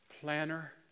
Planner